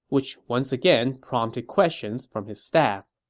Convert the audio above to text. which once again prompted questions from his staff